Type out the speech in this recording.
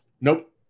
Nope